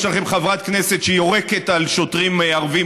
יש לכם חברת כנסת שיורקת על שוטרים ערבים